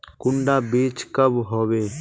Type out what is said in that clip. कुंडा बीज कब होबे?